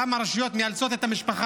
למה הרשויות מאלצות את המשפחה,